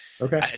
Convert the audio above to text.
Okay